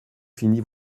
fini